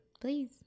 please